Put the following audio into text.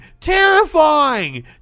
terrifying